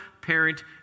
parent